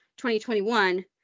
2021